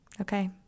Okay